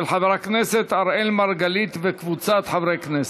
של חבר הכנסת אראל מרגלית וקבוצת חברי הכנסת.